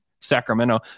Sacramento